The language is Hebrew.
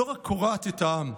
לא רק קורעת את העם,